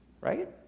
Right